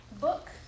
book